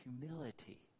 Humility